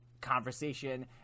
conversation